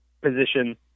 position